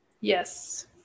Yes